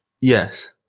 Yes